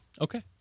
Okay